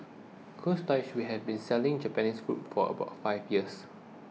Cold Storage which has been selling Japanese fruits for about five years